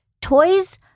toys